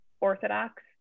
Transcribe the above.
Orthodox